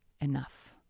enough